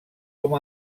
com